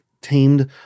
tamed